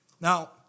Now